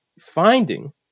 finding